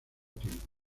tiempo